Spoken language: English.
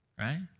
right